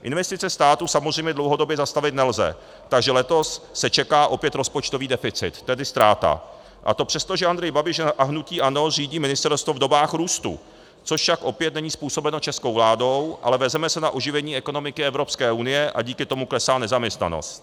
Investice státu samozřejmě dlouhodobě zastavit nelze, takže letos se čeká opět rozpočtový deficit, tedy ztráta, a to přesto, že Andrej Babiš a hnutí ANO řídí ministerstvo v dobách růstu, což však opět není způsobeno českou vládou, ale vezeme se na oživení ekonomiky Evropské unie a díky tomu klesá nezaměstnanost.